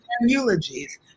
eulogies